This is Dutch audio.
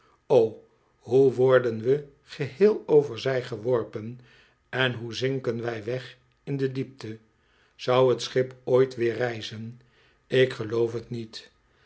o hoe worden we geheel overzij geworpen en hoe zinken wij weg in de diepte zou het schip ooit weer rijzen ik geloof het niet